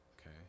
okay